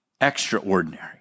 extraordinary